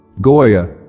Goya